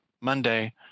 Monday